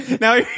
Now